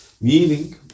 Meaning